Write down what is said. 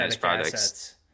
products